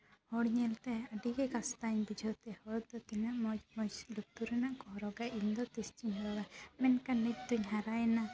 ᱦᱚᱲ ᱧᱮᱞᱛᱮ ᱟᱹᱰᱤᱜᱮ ᱠᱟᱥᱛᱟᱧ ᱵᱩᱡᱷᱟᱹᱣᱛᱮ ᱦᱚᱲ ᱫᱚ ᱛᱤᱱᱟᱹᱜ ᱢᱚᱡᱽ ᱢᱚᱡᱽ ᱞᱩᱛᱩᱨ ᱨᱮᱱᱟᱜ ᱠᱚ ᱦᱚᱨᱚᱜᱟ ᱤᱧ ᱫᱚ ᱛᱤᱥ ᱪᱚᱧ ᱦᱚᱨᱚᱜᱟ ᱢᱮᱱᱠᱷᱟᱱ ᱱᱤᱛ ᱫᱚᱧ ᱦᱟᱨᱟᱭᱮᱱᱟ